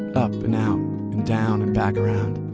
up and out and down and back around.